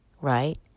right